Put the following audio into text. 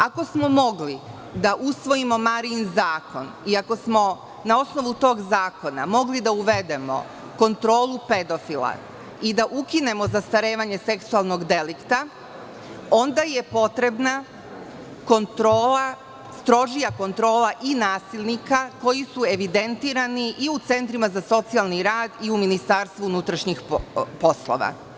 Ako smo mogli da usvojimo "Marijin zakon" i ako smo na osnovu tog zakona mogli da uvedemo kontrolu pedofila i da ukinemo zastarevanje seksualnog delikta, onda je potrebna strožija kontrola i nasilnika koji su evidentirani i u centrima za socijalni rad i u MUP.